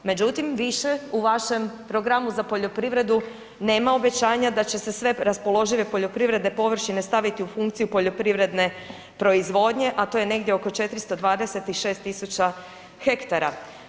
Međutim, više u vašem programu za poljoprivredu nema obećanja da će se sve raspoložive poljoprivredne površine staviti u funkciju poljoprivredne proizvodnje, a to je negdje oko 426.000 hektara.